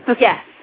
Yes